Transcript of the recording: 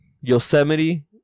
Yosemite